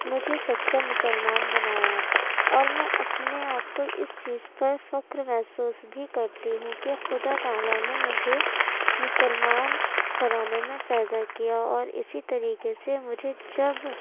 مجھے سچا مسلمان بنایا اور میں اپنے آپ کو اس چیز پر فخر محسوس بھی کرتی ہوں کہ خدا تعالیٰ نے مجھے مسلمان گھرانے میں پیدا کیا اور اسی طریقے سے مجھے جب